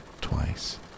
twice